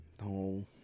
no